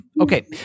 Okay